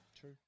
True